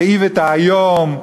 כאיווט האיום,